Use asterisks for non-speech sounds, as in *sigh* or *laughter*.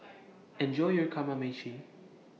*noise* Enjoy your Kamameshi